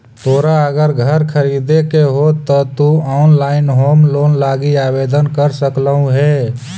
तोरा अगर घर खरीदे के हो त तु ऑनलाइन होम लोन लागी आवेदन कर सकलहुं हे